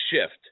shift